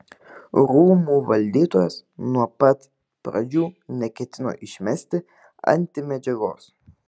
rūmų valdytojas nuo pat pradžių neketino išmesti antimedžiagos